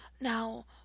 Now